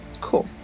cool